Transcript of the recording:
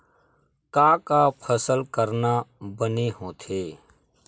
का का फसल करना बने होथे?